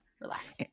relax